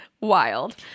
wild